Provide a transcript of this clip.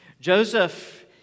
Joseph